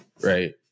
Right